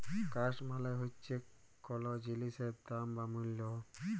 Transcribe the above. cost মালে হচ্যে কল জিলিসের দাম বা মূল্য